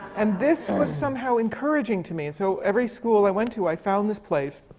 and this was somehow encouraging to me. and so, every school i went to, i found this place.